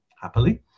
happily